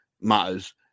matters